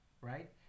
right